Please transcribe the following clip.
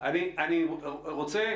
אני רוצה,